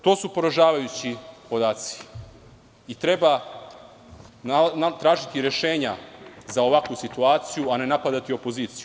To su poražavajući podaci i treba tražiti rešenja za ovakvu situaciju, a ne napadati opoziciju.